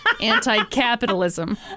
anti-capitalism